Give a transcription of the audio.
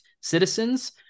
citizens